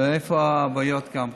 ואיפה הבעיות גם כן.